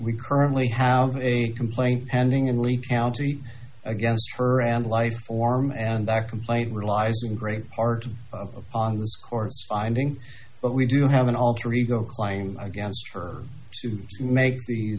we currently have a complaint pending in lee county against her and life form and that complaint realizing great part of this course finding but we do have an alter ego claim against her to make the